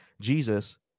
Jesus